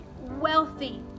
wealthy